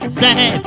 say